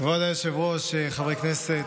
לא, כבוד היושבת-ראש, חברי הכנסת,